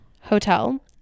Hotel